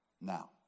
Now